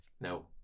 No